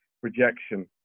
projection